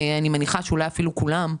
אני מניחה שאולי אפילו כולם,